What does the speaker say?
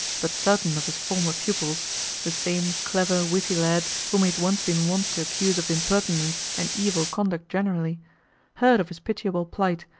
but certain of his former pupils the same clever, witty lads whom he had once been wont to accuse of impertinence and evil conduct generally heard of his pitiable plight,